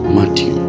Matthew